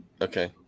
Okay